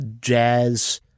jazz